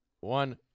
one